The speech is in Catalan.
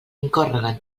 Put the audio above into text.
incórreguen